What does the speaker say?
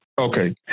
Okay